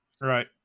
Right